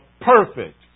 perfect